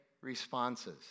responses